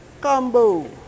Combo